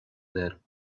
there